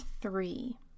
three